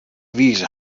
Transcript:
wize